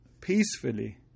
peacefully